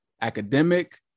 academic